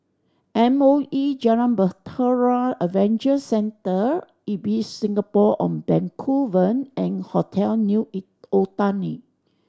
M O E Jalan Bahtera Adventure Centre Ibis Singapore On Bencoolen and Hotel New Eg Otani